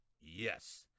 Yes